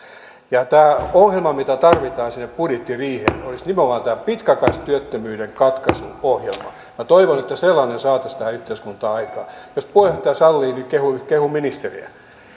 tämä ohjelma mitä tarvitaan sinne budjettiriiheen olisi nimenomaan tämä pitkäaikaistyöttömyyden katkaisun ohjelma minä toivon että sellainen saataisiin tähän yhteiskuntaan aikaan jos puheenjohtaja sallii niin kehun ministeriä